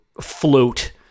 float